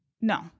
no